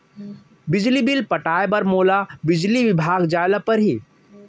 बिजली बिल पटाय बर का मोला बिजली विभाग जाय ल परही?